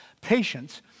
patience